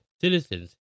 citizens